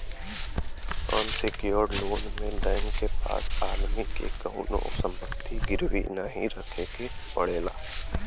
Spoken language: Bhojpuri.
अनसिक्योर्ड लोन में बैंक के पास आदमी के कउनो संपत्ति गिरवी नाहीं रखे के पड़ला